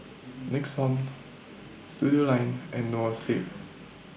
Nixon Studioline and Noa Sleep